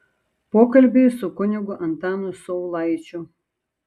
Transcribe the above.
pokalbiai su kunigu antanu saulaičiu